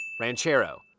ranchero